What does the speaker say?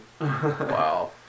Wow